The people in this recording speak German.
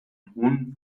thron